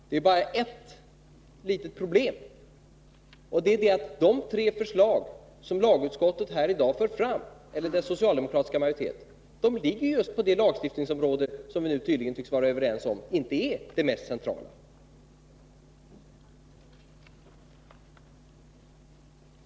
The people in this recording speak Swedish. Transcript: Det är bara ett litet problem, och det är att de tre förslag som den socialdemokratiska majoriteten i lagutskottet för fram i dag ligger på just det lagstiftningsområde som vi nu tycks vara överens om inte är det mest centrala.